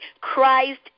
Christ